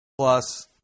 Plus